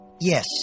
Yes